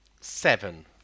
Seven